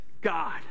God